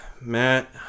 Matt